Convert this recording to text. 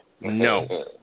No